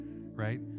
right